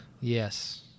Yes